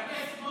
חס וחלילה.